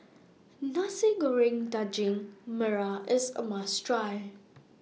Nasi Goreng Daging Merah IS A must Try